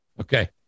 okay